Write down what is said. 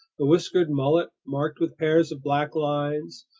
bewhiskered mullet marked with pairs of black lines,